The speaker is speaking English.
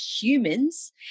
humans